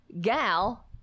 gal